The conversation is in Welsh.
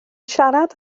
siarad